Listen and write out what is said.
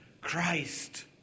Christ